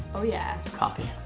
oh yeah. coffee.